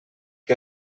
que